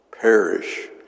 perish